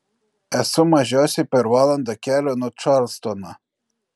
esu mažiausiai per valandą kelio nuo čarlstono